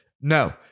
No